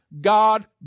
God